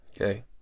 Okay